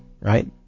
right